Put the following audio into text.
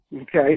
Okay